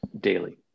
Daily